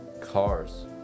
cars